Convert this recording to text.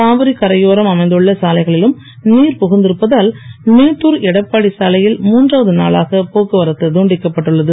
காவிரி கரையோரம் அமைந்துள்ள சாலைகளிலும் நீர் புகுந்து இருப்பதால் மேட்டூர் எடப்பாடி சாலையில் மூன்றாவது நாளாக போக்குவரத்து துண்டிக்கப்பட்டுள்ளது